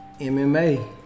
MMA